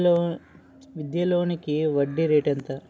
విద్యా లోనికి వడ్డీ రేటు ఎంత?